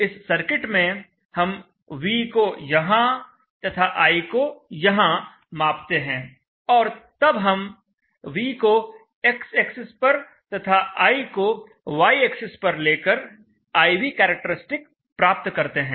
इस सर्किट में हम V को यहां तथा I को यहां मापते हैं और तब हम V को x एक्सिस पर तथा I को y एक्सिस पर लेकर I V करैक्टरिस्टिक प्राप्त करते हैं